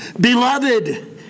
Beloved